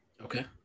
okay